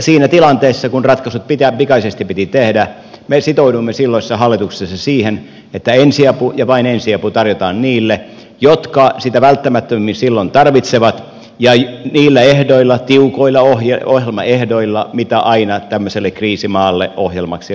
siinä tilanteessa kun ratkaisut piti pikaisesti tehdä me sitouduimme silloisessa hallituksessa siihen että ensiapu ja vain ensiapu tarjotaan niille jotka sitä välttämättömimmin silloin tarvitsevat ja niillä ehdoilla tiukoilla ohjelmaehdoilla mitä aina tämmöiselle kriisimaalle ohjelmaksi laadittiin